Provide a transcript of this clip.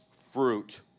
fruit